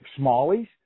smallies